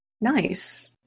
Nice